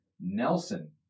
Nelson